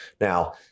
Now